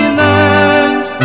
lands